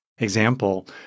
example